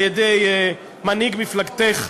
על-ידי מנהיג מפלגתך,